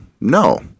No